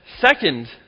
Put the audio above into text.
second